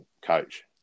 coach